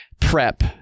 prep